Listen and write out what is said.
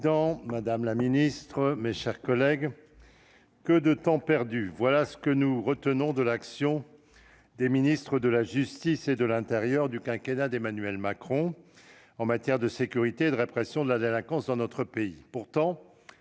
madame la ministre, mes chers collègues, que de temps perdu ! Voilà ce que nous inspire l'action des ministres de la justice et de l'intérieur du quinquennat d'Emmanuel Macron en matière de sécurité et de répression de la délinquance dans notre pays.